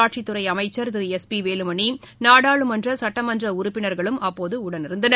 உள்ளாட்சித் துறை அமைச்சர் திரு வேலுமணி நாடாளுமன்ற சட்டமன்ற உறுப்பினர்களும் அப்போது உடனிருந்தனர்